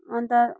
अन्त